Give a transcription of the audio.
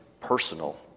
personal